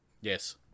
Yes